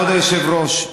כבוד היושב-ראש,